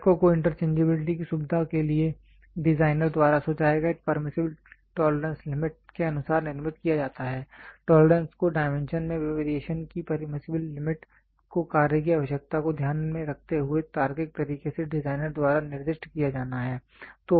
घटकों को इंटरचेंजेबिलिटी की सुविधा के लिए डिज़ाइनर द्वारा सुझाए गए परमीसिबल टॉलरेंस लिमिट के अनुसार निर्मित किया जाता है टॉलरेंस को डायमेंशन में वेरिएशन की परमीसिबल लिमिट को कार्य की आवश्यकता को ध्यान में रखते हुए तार्किक तरीके से डिज़ाइनर द्वारा निर्दिष्ट किया जाना है